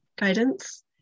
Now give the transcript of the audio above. guidance